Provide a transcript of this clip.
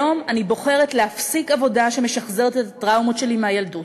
היום אני בוחרת להפסיק עבודה שמשחזרת את הטראומות שלי מהילדות.